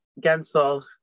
Gensel